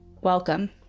Welcome